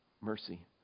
mercy